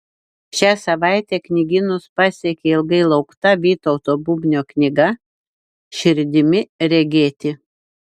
šią savaitę knygynus pasiekė ilgai laukta vytauto bubnio knyga širdimi regėti